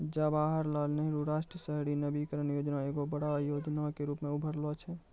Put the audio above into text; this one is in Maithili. जवाहरलाल नेहरू राष्ट्रीय शहरी नवीकरण योजना एगो बड़ो योजना के रुपो मे उभरलो छै